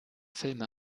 filme